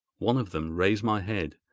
one of them raised my head,